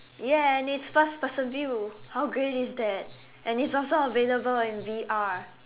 ya and it's first person view how great is that and it's also available on V_R